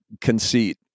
conceit